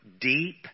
deep